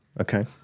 Okay